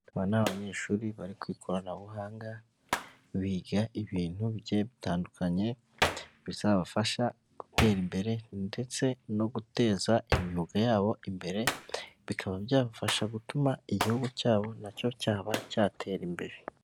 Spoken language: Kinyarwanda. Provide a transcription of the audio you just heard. Aba ni abanyeshuri bari ku ikoranabuhanga biga ibintu bigiye bitandukanye bizabafasha gutera imbere ndetse no guteza imyuga yabo imbere bikaba byabafasha gutuma igihugu cyabo nacyo cyaba cyatera imbere.